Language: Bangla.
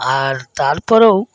আর তার পরেও